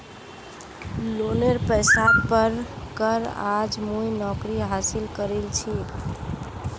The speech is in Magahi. लोनेर पैसात पढ़ कर आज मुई नौकरी हासिल करील छि